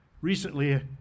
Recently